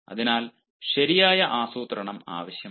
അതിനാൽ ശരിയായ ആസൂത്രണം ആവശ്യമാണ്